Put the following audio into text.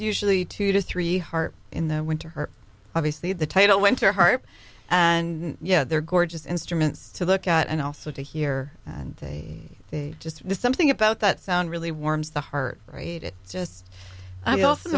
usually two to three heart in their winter her obviously the title went to heart and yeah they're gorgeous instruments to look at and also to hear and they just something about that sound really warms the heart rate it just i also